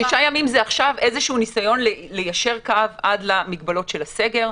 6 ימים זה איזשהו ניסיון ליישר קו עד למגבלות של הסגר,